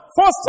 first